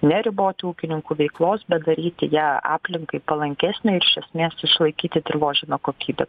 neriboti ūkininkų veiklos bet daryti ją aplinkai palankesnę ir iš esmės išlaikyti dirvožemio kokybę